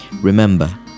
remember